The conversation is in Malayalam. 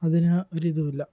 അതിന് ഒരിതും ഇല്ല